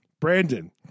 Brandon